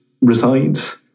Resides